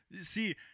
See